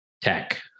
Tech